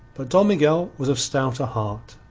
but don miguel was of stouter heart.